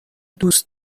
دوست